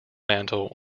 mantle